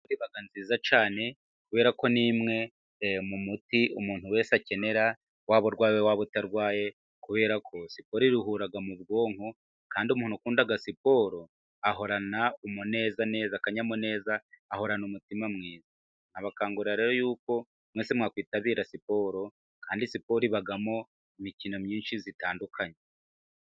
Siporo iba nziza cyane kubera ko ni imwe mu miti umuntu wese akenera waba urwaye, waba utarwaye, kubera ko siporo iruhura mu bwonko, kandi umuntu ukunda siporo ahorana akanyamuneza, ahorana umutima mwiza. Nkabakangurira rero yuko mwese mwakwitabira siporo. Kandi siporo ibamo imikino myinshi itandukanye.